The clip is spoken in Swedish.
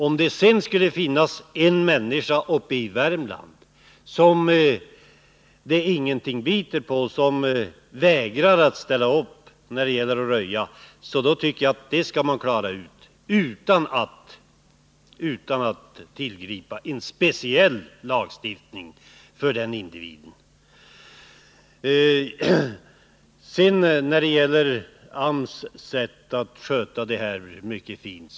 Om det sedan skulle finnas en människa i Värmland som ingenting biter på, som vägrar att ställa upp när det gäller att röja, tycker jag att man bör klara av det utan att ingripa med speciell lagstiftning. Gunnar Olsson talade om hur fint AMS skötte detta röjningsarbete.